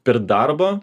per darbą